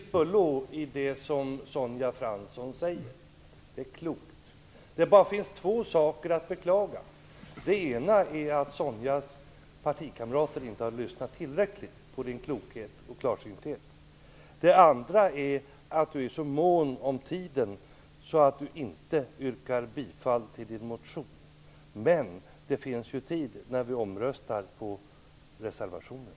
Herr talman! Jag instämmer till fullo i det som Sonja Fransson säger. Det är klokt. Men det finns två saker att beklaga. Det ena är att Sonja Franssons partikamrater inte har lyssnat tillräckligt på hennes klokhet och klarsynthet. Det andra är att hon är så mån om tiden att hon inte yrkar bifall till sin motion. Men det finns ju tid när vi skall rösta om reservationen.